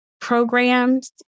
programs